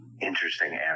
interesting